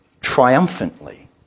triumphantly